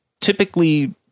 typically